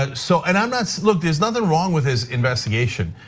ah so, and i'm not, look there's nothing wrong with his investigation.